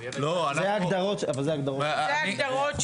זה ההגדרות של החוק.